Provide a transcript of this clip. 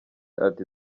ati